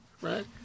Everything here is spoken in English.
right